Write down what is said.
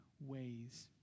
ways